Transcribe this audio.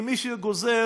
כי מי שגוזל,